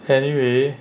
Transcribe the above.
anyway